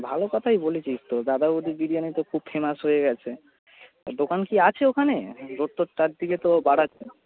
ভালো কথাই বলেছিস তো দাদা বৌদির বিরিয়ানি তো খুব ফেমাস হয়ে গিয়েছে তা দোকান কি আছে ওখানে লোক তো চারদিকে তো বাড়াচ্ছে